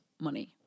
money